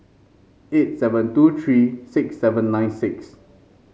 eight seven two three six seven nine six